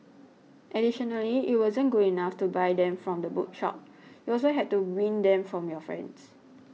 additionally it wasn't good enough to buy them from the bookshop you also had to win them from your friends